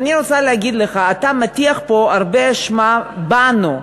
אני רוצה להגיד לך, אתה מטיח פה אשמה רבה בנו.